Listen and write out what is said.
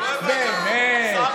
באמת?